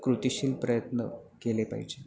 कृतीशील प्रयत्न केले पाहिजे